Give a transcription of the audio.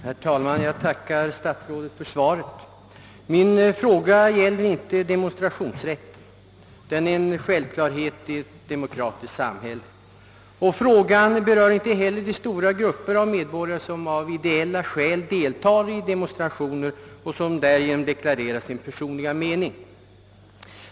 Herr talman! Jag tackar statsrådet Kling för svaret. Min fråga gäller inte demonstrationsrätten — som är en självklarhet i ett demokratiskt samhälle. Inte heller berör frågan de stora grupper av medborgare som av ideella skäl deltar i demonstrationer och som därigenom deklarerar sin personliga mening.